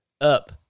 up